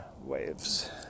waves